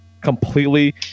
completely